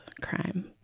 crime